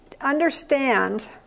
understand